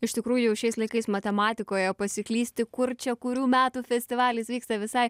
iš tikrųjų šiais laikais matematikoje pasiklysti kur čia kurių metų festivalis vyksta visai